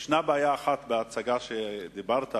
יש בעיה אחת בהצגה שדיברת עליה,